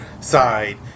side